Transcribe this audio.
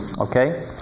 Okay